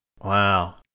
Wow